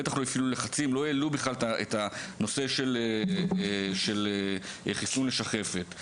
לא הפעילו לחצים ולא העלות את הנושא של חיסון לשחפת.